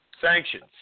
sanctions